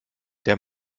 der